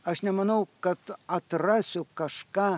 aš nemanau kad atrasiu kažką